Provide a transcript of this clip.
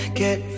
get